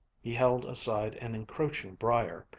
he held aside an encroaching briar,